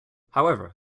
however